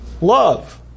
Love